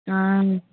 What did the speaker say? ஆ